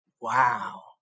wow